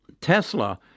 tesla